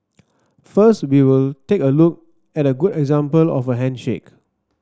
first we'll take a look at a good example of a handshake